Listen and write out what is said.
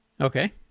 Okay